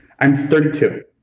i'm thirty two.